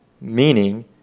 Meaning